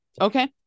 Okay